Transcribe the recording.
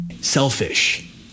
selfish